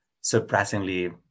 surprisingly